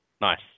Nice